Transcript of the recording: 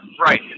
Right